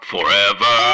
Forever